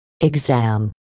exam